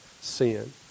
sin